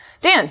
Dan